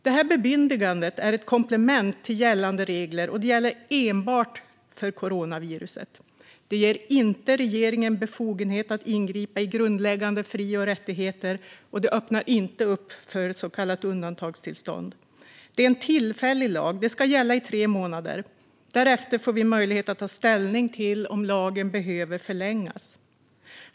Detta bemyndigande är ett komplement till gällande regler och gäller enbart för coronaviruset. Det ger inte regeringen befogenhet att ingripa i grundläggande fri och rättigheter och öppnar inte upp för så kallat undantagstillstånd. Det är en tillfällig lag som ska gälla i tre månader. Därefter får vi möjlighet ta ställning till om lagen behöver förlängas.